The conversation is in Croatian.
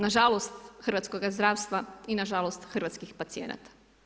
Na žalost hrvatskoga zdravstva i na žalost hrvatskih pacijenata.